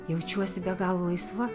jaučiuosi be galo laisva